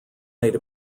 made